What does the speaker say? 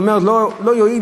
אתה אומר: לא יועיל,